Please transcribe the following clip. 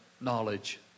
knowledge